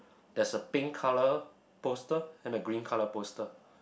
there's a pink colour poster and a green colour poster